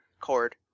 cord